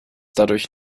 dadurch